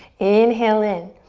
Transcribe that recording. inhale in.